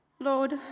Lord